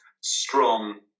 strong